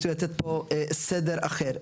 רוצים לתת פה סדר אחר.